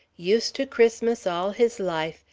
used to christmas all his life,